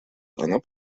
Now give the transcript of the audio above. она